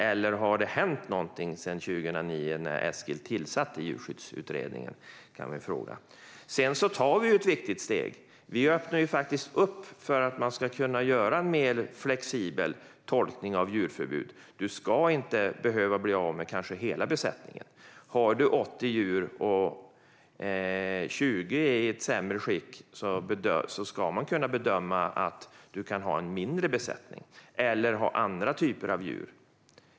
Eller har det hänt någonting sedan 2009, när Eskil tillsatte Djurskyddsutredningen? Sedan tar vi ett viktigt steg. Vi öppnar ju faktiskt för att man ska kunna göra en mer flexibel tolkning av djurförbud. Man ska inte behöva bli av med hela besättningen. Har man 80 djur och 20 av dem är i ett sämre skick ska man kunna ha en mindre besättning eller andra typer av djur.